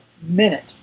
minute